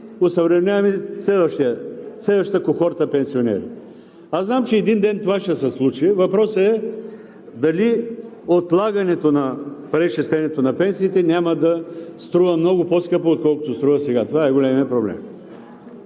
осъвременяваме следващата кохорта пенсионери. Аз знам, че един ден това ще се случи – въпросът е дали отлагането на преизчислението на пенсиите няма да струва много по-скъпо, отколкото струва сега. Това е големият проблем.